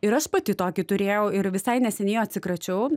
ir aš pati tokį turėjau ir visai neseniai atsikračiau